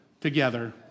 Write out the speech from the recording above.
together